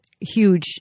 huge